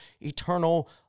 eternal